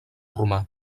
romà